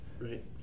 right